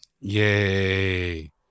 Yay